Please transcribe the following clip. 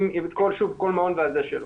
כל מעון וה- -- שלו.